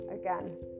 again